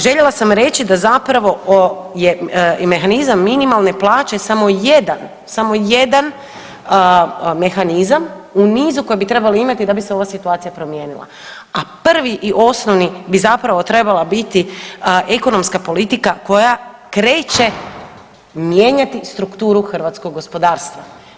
Željela sam reći da zapravo je mehanizam minimalne plaće samo jedan, samo jedan mehanizam u nizu koje bi trebali imati da bi se ova situacija promijenila, a prvi i osnovni bi zapravo trebala biti ekonomska politika koja kreće mijenjati strukturu hrvatskog gospodarstva.